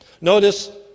Notice